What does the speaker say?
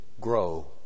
grow